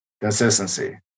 consistency